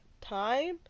time